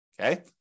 okay